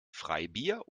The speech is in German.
freibier